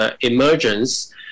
emergence